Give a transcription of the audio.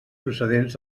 procedents